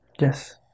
Yes